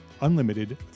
unlimited